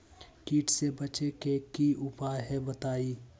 कीट से बचे के की उपाय हैं बताई?